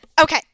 Okay